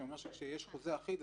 שאומר שיש חוזה אחיד,